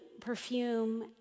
perfume